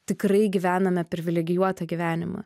tikrai gyvename privilegijuotą gyvenimą